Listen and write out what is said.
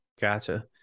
Gotcha